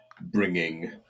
bringing